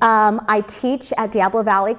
i teach at the apple valley